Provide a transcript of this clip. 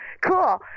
cool